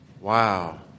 wow